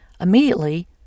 immediately